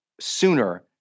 sooner